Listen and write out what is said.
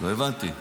לא הבנתי.